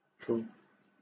from